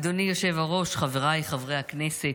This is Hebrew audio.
אדוני היושב-ראש, חבריי חברי הכנסת,